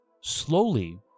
slowly